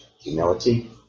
humility